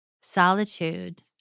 solitude